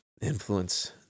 Influence